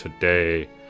today